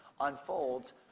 unfolds